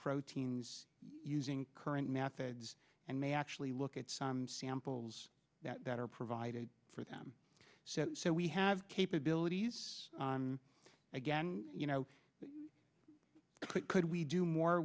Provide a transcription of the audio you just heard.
proteins using current methods and may actually look at some samples that are provided for them so we have capabilities again you know could we do more